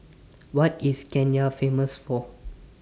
What IS Kenya Famous For